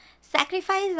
Sacrifice